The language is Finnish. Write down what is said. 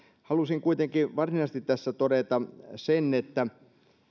halusin kuitenkin varsinaisesti tässä todeta sen että